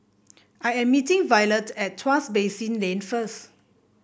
I am meeting Violet at Tuas Basin Lane first